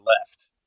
left